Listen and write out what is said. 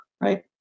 Right